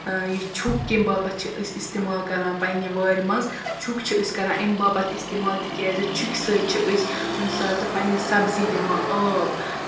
آ یہِ چھُک کَمہِ باپَتھ چھِ أسۍ اِستعمال کران پَنٕنہِ وارِ منٛز چھُک چھِ أسۍ کران اَمہِ باپَتھ اِستعمال تِکیٛازِ چھُکہِ سۭتۍ چھِ أسۍ کُنہِ ساتہٕ پَنٕنہِ سَبزی دِوان آب